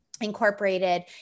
incorporated